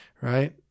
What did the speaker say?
right